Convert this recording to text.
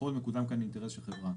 שכביכול מקודם כאן אינטרס של חברה.